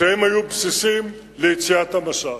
שהן היו בסיסים ליציאת המשט.